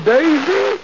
Daisy